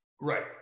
Right